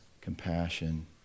compassion